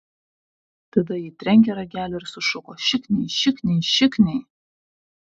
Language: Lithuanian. tada ji trenkė ragelį ir sušuko šikniai šikniai šikniai